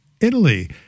Italy